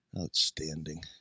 Outstanding